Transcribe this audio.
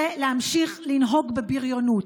זה להמשיך לנהוג בבריונות.